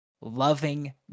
loving